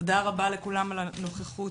תודה רבה לכולם על הנוכחות.